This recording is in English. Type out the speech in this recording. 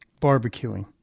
barbecuing